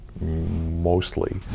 mostly